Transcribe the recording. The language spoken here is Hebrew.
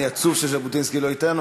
אני עצוב שז'בוטינסקי לא אתנו,